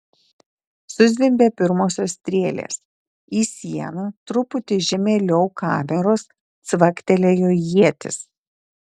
suzvimbė pirmosios strėlės į sieną truputį žemėliau kameros cvaktelėjo ietis